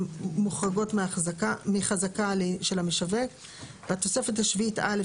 א' והתוספת השביעית א',